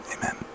Amen